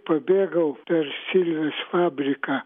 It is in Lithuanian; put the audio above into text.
pabėgau per silvės fabriką